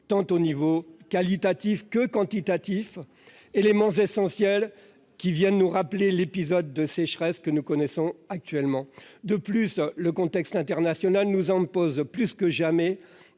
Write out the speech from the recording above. tant au niveau qualitatif que quantitatif. Cet élément essentiel vient nous rappeler l'importance de l'épisode de sécheresse que nous connaissons actuellement. En outre, le contexte international nous impose plus que jamais